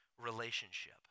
relationship